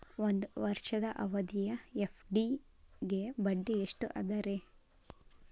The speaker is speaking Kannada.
ಒಂದ್ ವರ್ಷದ ಅವಧಿಯ ಎಫ್.ಡಿ ಗೆ ಬಡ್ಡಿ ಎಷ್ಟ ಅದ ರೇ?